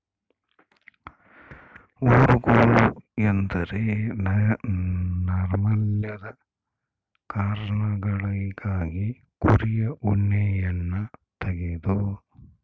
ಊರುಗೋಲು ಎಂದ್ರ ನೈರ್ಮಲ್ಯದ ಕಾರಣಗಳಿಗಾಗಿ ಕುರಿಯ ಉಣ್ಣೆಯನ್ನ ತೆಗೆದು